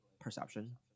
perception